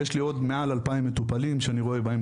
ויש לי עוד מעל 2,000 מטופלים שאני רואה בהם